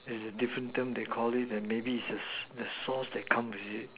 has a different term they Call it and maybe it's this the sauce that come with it